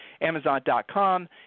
amazon.com